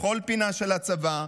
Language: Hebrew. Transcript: בכל פינה של הצבא,